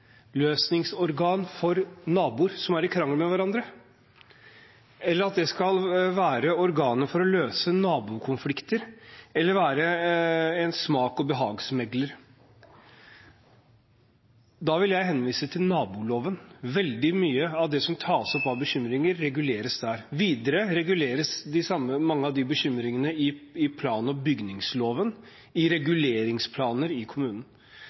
konfliktløsningsorgan for naboer som er i krangel med hverandre, eller at det skal være organet for å løse nabokonflikter, eller være en smak- og-behagsmegler. Da vil jeg henvise til naboloven. Veldig mye av det som tas opp av bekymringer, reguleres der. Videre reguleres mange av de samme bekymringene i plan- og bygningsloven, og i reguleringsplaner i kommunen.